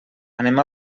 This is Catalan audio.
anem